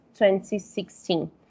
2016